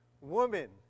Woman